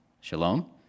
shalom